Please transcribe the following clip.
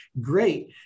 great